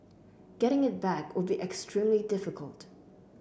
getting it back would be extremely difficult